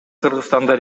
кыргызстанда